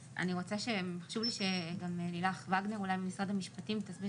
שחשוב לי שגם לילך וגנר ממשרד המשפטים תוסיף